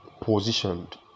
positioned